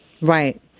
Right